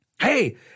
Hey